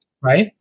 right